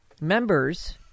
Members